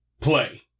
play